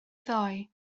ddau